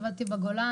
עבדתי בגולן.